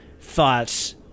thoughts